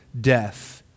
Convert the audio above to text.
death